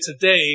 today